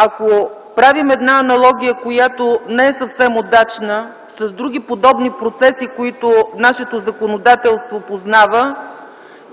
Ако правим аналогия, която не е съвсем удачна, с други подобни процеси, които нашето законодателство познава,